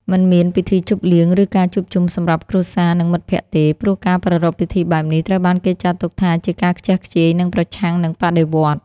មិនមានពិធីជប់លៀងឬការជួបជុំសម្រាប់ក្រុមគ្រួសារនិងមិត្តភក្តិទេ ព្រោះការប្រារព្ធពិធីបែបនេះត្រូវបានគេចាត់ទុកថាជាការខ្ជះខ្ជាយនិងប្រឆាំងនឹងបដិវត្តន៍។